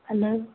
ꯑꯗꯣ